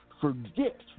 forget